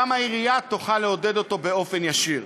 גם העירייה תוכל לעודד אותו באופן ישיר.